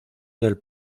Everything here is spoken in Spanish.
del